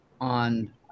on